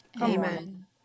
Amen